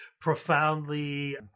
profoundly